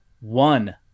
one